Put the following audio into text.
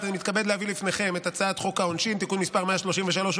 אני מתכבד להביא בפניכם את הצעת חוק העונשין (תיקון מס' 133,